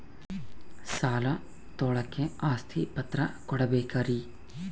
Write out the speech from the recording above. ಸಾಲ ತೋಳಕ್ಕೆ ಆಸ್ತಿ ಪತ್ರ ಕೊಡಬೇಕರಿ?